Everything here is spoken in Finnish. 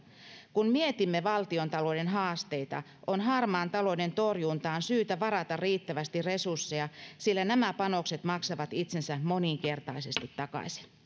kun mietimme valtiontalouden haasteita on harmaan talouden torjuntaan syytä varata riittävästi resursseja sillä nämä panokset maksavat itsensä moninkertaisesti takaisin